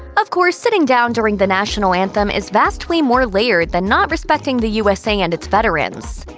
of course, sitting down during the national anthem is vastly more layered than not respecting the usa and its veterans.